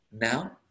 now